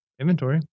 inventory